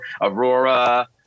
Aurora